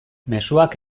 mezuak